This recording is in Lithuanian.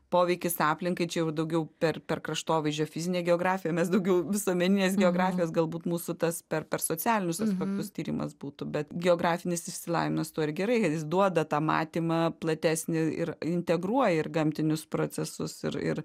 poveikis aplinkai čia jau daugiau per per kraštovaizdžio fizinę geografiją mes daugiau visuomeninės geografijos galbūt mūsų tas per per socialinius aspektus tyrimas būtų bet geografinis išsilavinimas tuo ir gerai kad jis duoda tą matymą platesnį ir integruoja ir gamtinius procesus ir ir